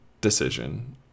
decision